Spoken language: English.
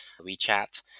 WeChat